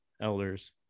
Elders